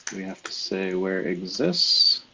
we have to say where exists,